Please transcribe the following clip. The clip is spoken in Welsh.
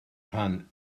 rhan